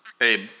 abe